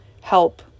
help